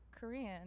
Korean